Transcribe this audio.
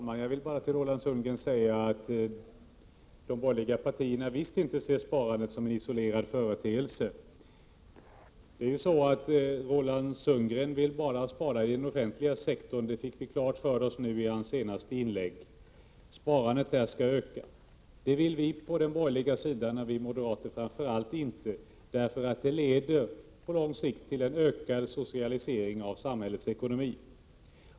Herr talman! Till Roland Sundgren vill jag bara säga att de borgerliga partierna visst inte ser sparandet som en isolerad företeelse. Roland Sundgren vill spara bara i den offentliga sektorn — det fick vi klart för oss av hans senaste inlägg. Sparandet där skall öka. Det vill vi på den borgerliga sidan, och framför allt vi moderater, inte, därför att det på lång sikt leder till en ökad socialisering av samhällets ekonomi.